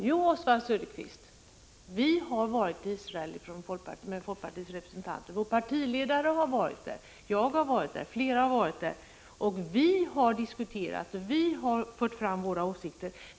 Herr talman! Representanter för folkpartiet har varit i Israel, Oswald Söderqvist. Vår partiledare har varit där, och jag och flera andra från folkpartiet har varit där. Vi har diskuterat och vi har fört fram våra åsikter.